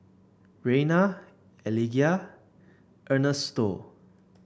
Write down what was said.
Rayna Eligah Ernesto